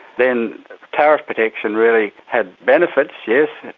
then tariff protection really had benefits, yes,